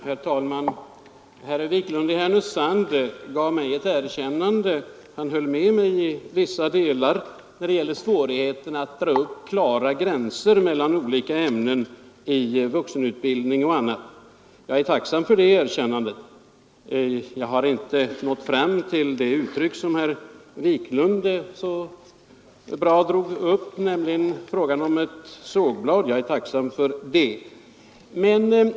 Herr talman! Herr Wiklund i Härnösand gav mig ett erkännande: han höll med mig i vissa delar när det gäller svårigheten att dra upp klara gränser mellan olika ämnen i vuxenutbildningen och annat. Jag är tacksam för det erkännandet. Jag har själv inte nått fram till det uttryck som herr Wiklund myntade så bra, nämligen att det är fråga om ett sågblad. Jag tackar honom för det.